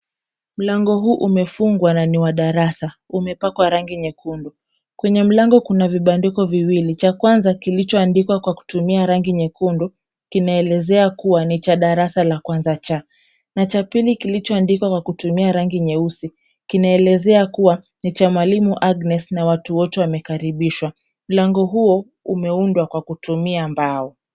Mlango huu umefungwa na ni wa darasa . Umepakwa rangi nyekundu. Kwenye mlango kuna vibandiko viwili. Cha kwanza kilichoandikwa kwa kutumia rangi nyekundu, kinaelezea kuwa ni cha darasa la 1C na cha pili kilichoandikwa kwa kutumia rangi nyeusi, kinaelezea kuwa, ni cha Mwalimu Agnes na watu wote wamekaribishwa. Mlango huo, umeundwa kwa kutumia mbao.